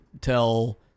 tell